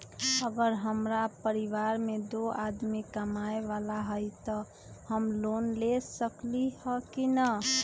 अगर हमरा परिवार में दो आदमी कमाये वाला है त हम लोन ले सकेली की न?